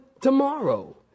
tomorrow